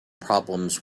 problems